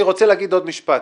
אני רוצה להגיד עוד משפט,